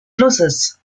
flusses